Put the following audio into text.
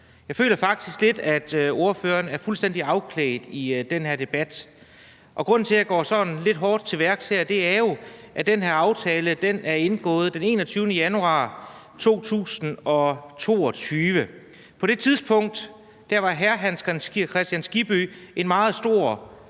Jeg føler faktisk lidt, at ordføreren er fuldstændig afklædt i den her debat. Grunden til, at jeg går sådan lidt hårdt til værks her, er jo, at den her aftale er indgået den 21. januar 2022. På det tidspunkt var hr. Hans Kristian Skibby en meget stor